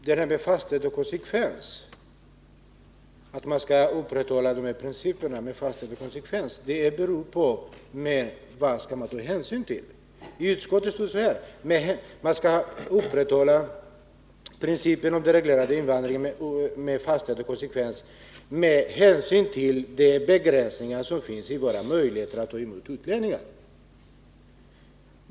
Fru talman! Man skall alltså handla med fasthet och konsekvens, men vad skall man då ta hänsyn till? Utskottet anser att man skall upprätthålla principen om den reglerade invandringen med fasthet och konsekvens med hänsyn till de begränsningar som finns i våra möjligheter att ta emot utlänningar.